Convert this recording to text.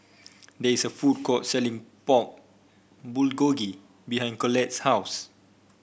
there is a food court selling Pork Bulgogi behind Collette's house